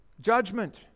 Judgment